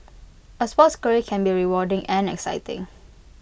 A sports career can be rewarding and exciting